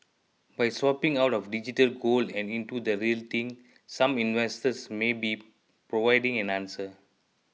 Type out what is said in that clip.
by swapping out of digital gold and into the real thing some investors may be providing an answer